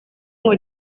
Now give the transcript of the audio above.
ngo